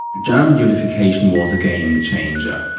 german unification was a game changer.